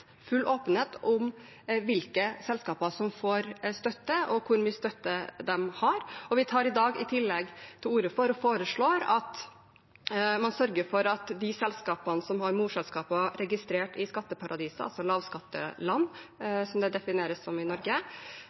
om hvilke selskaper som får støtte, og hvor mye støtte de har. I dag tar vi i tillegg til orde for og foreslår at man sørger for at de selskapene som har morselskaper registrert i skatteparadiser – altså lavskatteland, som det defineres som i Norge